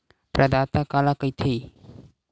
प्रदाता काला कइथे?